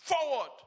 forward